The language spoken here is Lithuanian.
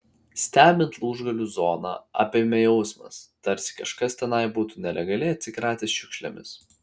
stebint lūžgalių zoną apėmė jausmas tarsi kažkas tenai būtų nelegaliai atsikratęs šiukšlėmis